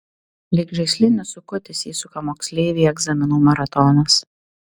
lyg žaislinis sukutis įsuka moksleivį egzaminų maratonas